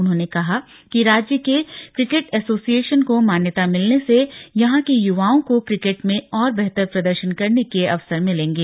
उन्होंने कहा कि राज्य के क्रिकेट एशोसिएसन को मान्यता मिलने से यहां के युवाओं को क्रिकेट में और बेहतर प्रदर्शन करने के अवसर मिलेंगे